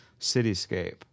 cityscape